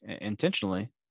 intentionally